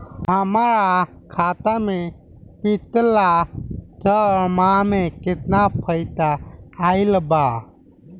हमरा खाता मे पिछला छह महीना मे केतना पैसा आईल बा?